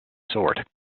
sort